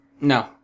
No